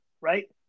right